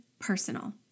personal